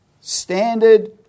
standard